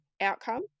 outcome